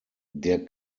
der